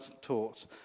taught